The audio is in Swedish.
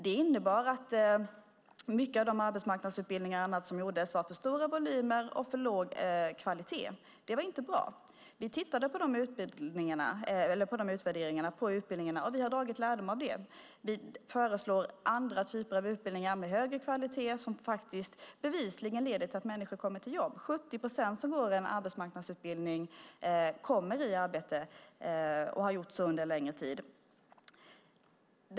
Det innebar att mycket av de arbetsmarknadsutbildningar och annat som gjordes hade för stora volymer och för låg kvalitet. Det var inte bra. Vi tittade på utvärderingarna av de utbildningarna, och vi har dragit lärdom av det. Vi föreslår andra typer av utbildningar med högre kvalitet som bevisligen leder till att människor kommer i jobb. 70 procent av dem som går i en arbetsmarknadsutbildning kommer i arbete, och har gjort det under en längre tid.